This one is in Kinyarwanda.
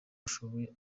ashoboye